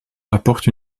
apporte